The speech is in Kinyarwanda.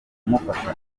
kumufasha